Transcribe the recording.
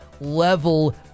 level